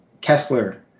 Kessler